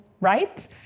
right